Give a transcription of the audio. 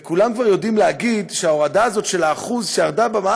וכולם כבר יודעים להגיד שההורדה הזאת של 1% במע"מ,